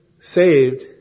saved